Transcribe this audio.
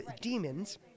demons